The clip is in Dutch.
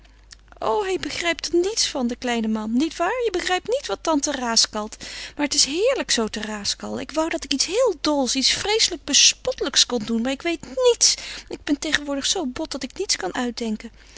o hij begrijpt er niets van de kleine man niet waar je begrijpt niet wat tante raaskalt maar het is heerlijk zoo te raaskallen ik woû dat ik iets heel dols iets vreeslijk bespottelijks kon doen maar ik weet niets ik ben tegenwoordig zoo bot dat ik niets kan uitdenken